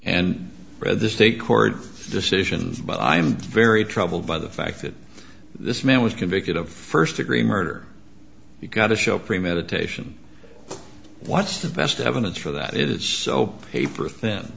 nd the state court decision but i'm very troubled by the fact that this man was convicted of first degree murder you got to show premeditation what's the best evidence for that it is so paper thin